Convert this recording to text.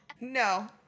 No